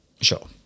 Sure